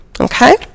Okay